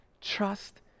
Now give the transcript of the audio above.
trust